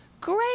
great